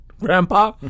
grandpa